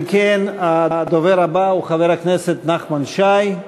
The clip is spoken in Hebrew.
אם כן, הדובר הבא הוא חבר הכנסת נחמן שי,